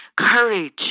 courage